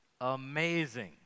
amazing